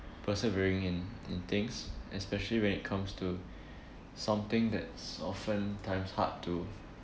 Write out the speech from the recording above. persevering in in things especially when it comes to something that's oftentimes hard too